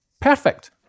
Perfect